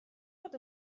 bod